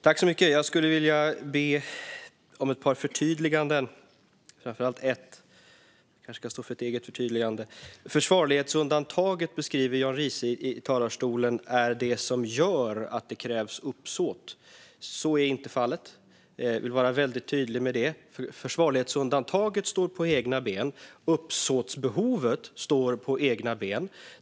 Fru talman! Jag skulle vilja be om ett par förtydliganden, framför allt ett. Jag ska kanske stå för ett eget förtydligande. Jan Riise beskriver i talarstolen att försvarlighetsundantaget är det som gör att det krävs uppsåt. Så är inte fallet. Det vill jag vara väldigt tydlig med. Försvarlighetsundantaget står på egna ben. Uppsåtsbehovet står på egna ben.